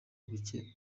buke